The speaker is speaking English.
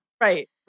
right